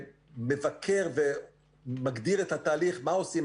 שמבקר ומגדיר את התהליך מה עושים,